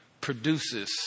produces